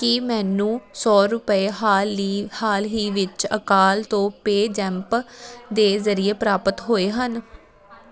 ਕੀ ਮੈਨੂੰ ਸੌ ਰੁਪਏ ਹਾਲੀ ਹਾਲ ਹੀ ਵਿੱਚ ਅਕਾਲ ਤੋਂ ਪੇਜ਼ੈਂਪ ਦੇ ਜ਼ਰੀਏ ਪ੍ਰਾਪਤ ਹੋਏ ਹਨ